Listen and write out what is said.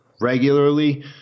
regularly